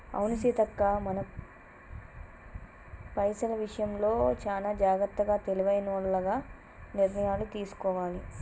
అవును సీతక్క మనం పైసల విషయంలో చానా జాగ్రత్తగా తెలివైనోల్లగ నిర్ణయాలు తీసుకోవాలి